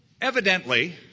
evidently